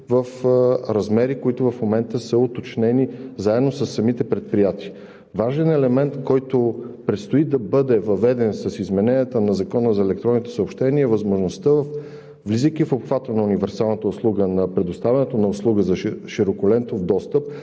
в размери, които в момента са уточнени, заедно със самите предприятия. Важен елемент, който предстои да бъде въведен с измененията на Закона за електронните съобщения, е възможността, влизайки в обхвата на универсалната услуга, на предоставянето на услуга за широколентов достъп,